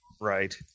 Right